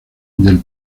del